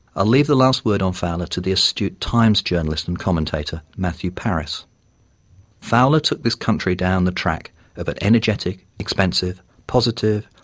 i'll leave the last word on fowler to the astute times journalist and commentator matthew parris took this country down the track of an energetic, expensive, positive,